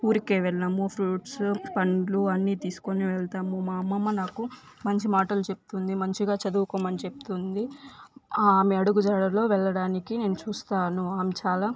ఊరికే వెళ్ళము ఫ్రూట్స్ పండ్లు అన్ని తీసుకొని వెళ్తాము మా అమ్మమ్మ నాకు మంచి మాటలు చెప్తుంది మంచిగా చదువుకోమని చెప్తుంది ఆమె అడుగుజాడల్లో వెళ్ళడానికి నేను చూస్తాను ఆమె చాలా